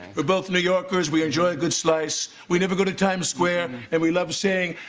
both new yorkers we enjoy a good slice. we never go to times square and we love saying.